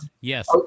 yes